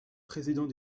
président